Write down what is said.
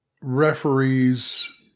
Referees